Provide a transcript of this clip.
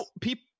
people